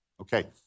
Okay